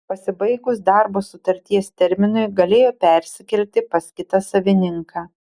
pasibaigus darbo sutarties terminui galėjo persikelti pas kitą savininką